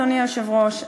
אדוני היושב-ראש,